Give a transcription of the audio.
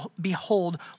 behold